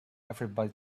everybody